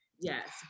Yes